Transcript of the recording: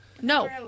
No